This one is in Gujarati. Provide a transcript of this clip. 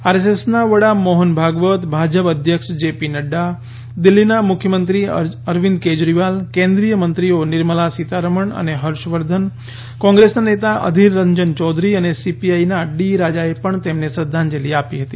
આરએસએસના વડા મોફન ભાગવત ભાજપ અધ્યક્ષ જે પી નડ્ડા દિલ્ફીના મુખ્યમંત્રી અરવિંદ કેજરીવાલ કેન્દ્રીયમંત્રીઓ નિર્મલા સીતારમણ અને હર્ષ વર્ધન કોંગ્રેસના નેતા અધિર રંજન ચૌધરી અને સીપીઆઈના ડી રાજાએ પણ તેમને શ્રદ્ધાંજલિ આપી હતી